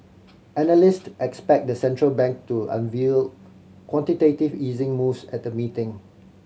analyst expect the central bank to unveil quantitative easing moves at the meeting